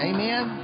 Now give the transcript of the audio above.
Amen